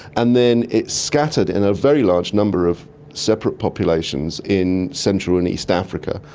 and then it's scattered in a very large number of separate populations in central and east africa,